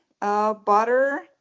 butter